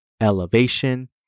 Elevation